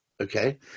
Okay